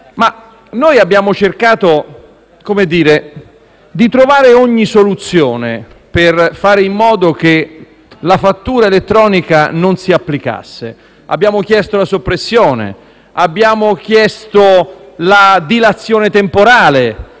noi abbiamo cercato di trovare ogni soluzione per fare in modo che la fattura elettronica non si applicasse. Abbiamo chiesto la soppressione, abbiamo chiesto la dilazione temporale